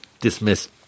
dismiss